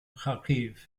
kharkiv